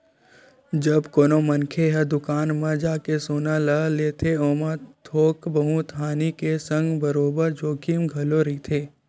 जब कोनो मनखे ह दुकान म जाके सोना ल लेथे ओमा थोक बहुत हानि के संग बरोबर जोखिम घलो रहिथे